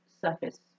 surface